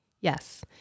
Yes